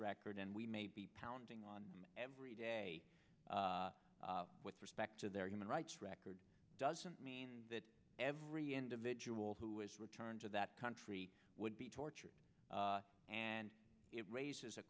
record and we may be pounding on every day with respect to their human rights record doesn't mean that every individual who is returned to that country would be tortured and it raises a